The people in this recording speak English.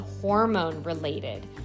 hormone-related